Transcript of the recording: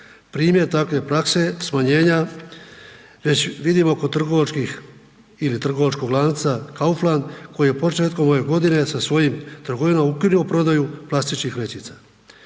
Primjer takve prakse smanjenja već vidimo kod trgovačkih ili trgovačkog lanca Kaufland koji je početkom ove godine sa svojim trgovinama ukinuo prodaju plastičnih vrećica.